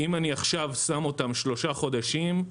אם אני עכשיו שם אותם שלושה חודשים,